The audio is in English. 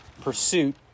pursuit